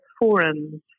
forums